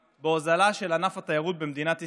בהוזלה של ענף התיירות במדינת ישראל.